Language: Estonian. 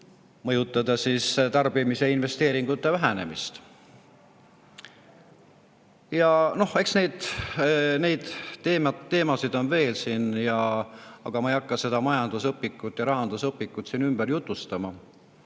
mõjutada tarbimise ja investeeringute vähenemist. Ja noh, eks neid teemasid on veel siin, aga ma ei hakka seda majandusõpikut ja rahandusõpikut siin ümber jutustama.